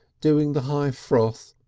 doing the high froth.